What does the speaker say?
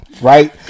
right